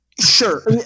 Sure